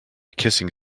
kissing